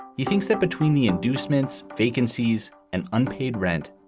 he thinks that between the inducements, vacancies and unpaid rent,